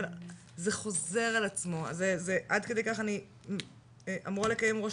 זה חוזר על עצמו עד כדי כך אני אמורה לקיים עם ראש